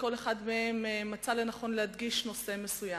וכל אחד מהם מצא לנכון להדגיש נושא מסוים,